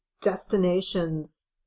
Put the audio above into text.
destinations